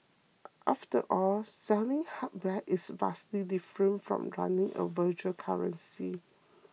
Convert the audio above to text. after all selling hardware is vastly different from running a virtual currency